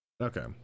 Okay